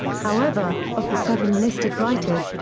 however, of the seven listed writers,